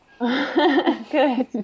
good